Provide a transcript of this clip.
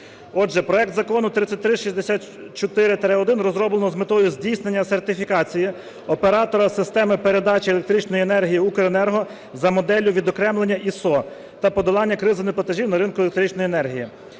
Отже, проект Закону 3364-1 розроблено з метою здійснення сертифікації оператора системи передачі електричної енергії Укренерго за моделлю відокремлення ІSО та подолання кризи неплатежів на ринку електричної енергії.